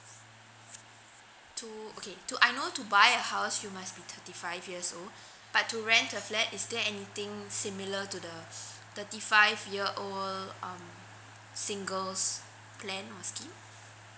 to okay to I know to buy house you must be thirty five years old but to rent a flat is there anything similar to the thirty five year old um singles plan or scheme